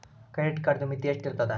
Credit ಕಾರ್ಡದು ಮಿತಿ ಎಷ್ಟ ಇರ್ತದ?